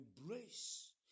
embrace